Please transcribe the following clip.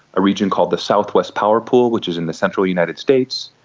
a region called the southwest power pool, which is in the central united states,